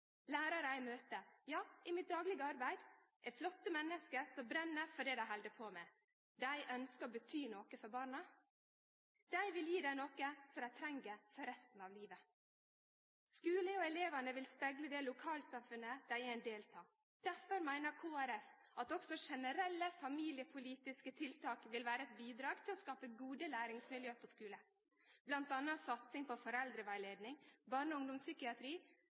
i mitt daglege arbeid, er flotte menneske som brenn for det dei held på med. Dei ynskjer å bety noko for barna. Dei vil gje dei noko som dei treng for resten av livet. Skulen og elevane vil spegle det lokalsamfunnet dei er ein del av. Derfor meiner Kristeleg Folkeparti at også generelle familiepolitiske tiltak vil vere eit bidrag til å skape gode læringsmiljø på skulen. Blant anna vil satsing på foreldrerettleiing, barne- og ungdomspsykiatri,